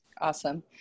Awesome